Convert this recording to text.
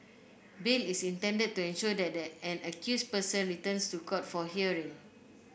bail is intended to ensure that an accused person returns to court for hearing